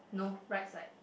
no right side